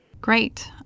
Great